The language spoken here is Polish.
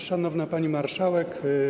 Szanowna Pani Marszałek!